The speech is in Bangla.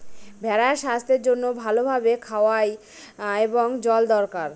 ভেড়ার স্বাস্থ্যের জন্য ভালো ভাবে খাওয়ার এবং জল দরকার